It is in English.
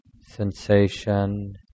sensation